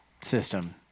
System